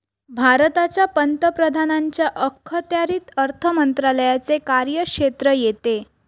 भारताच्या पंतप्रधानांच्या अखत्यारीत अर्थ मंत्रालयाचे कार्यक्षेत्र येते